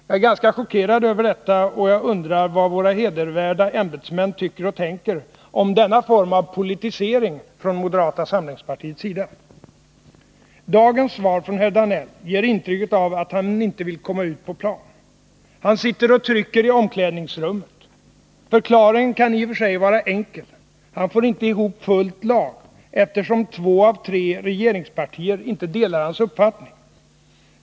Jag är ganska chockerad över detta och jag undrar vad våra hedervärda ämbetsmän tycker och tänker om denna form av politisering från moderata samlingspartiets sida. Dagens svar från herr Danell ger intrycket av att han inte vill komma ut på plan. Han sitter och trycker i omklädningsrummet. Förklaringen kan i och för sig vara enkel. Han får inte ihop fullt lag, eftersom två av tre regeringspartier inte delar hans uppfattning.